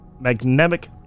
magnetic